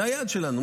זה היעד שלנו,